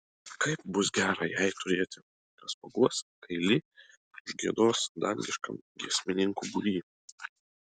kaip bus gera jai turėti kas paguos kai li užgiedos dangiškam giesmininkų būry